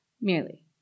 Merely